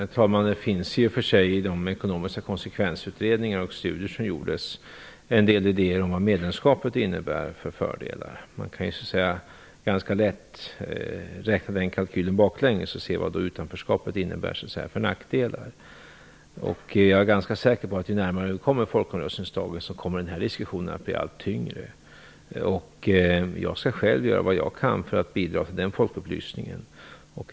Herr talman! Det finns i och för sig i de ekonomiska konsekvensutredningar och studier som gjordes en del idéer om vilka fördelar medlemskapet innebär. Man kan ganska lätt räkna baklänges i den kalkylen och se vilka nackdelar utanförskapet innebär. Jag är ganska säker på att ju närmare vi kommer folkomröstningsdagen, desto tyngre kommer den här diskussionen att bli. Jag skall själv göra vad jag kan för att bidra till den här folkupplysningen.